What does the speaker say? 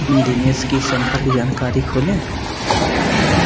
दिनेश की संपर्क जानकारी खोलें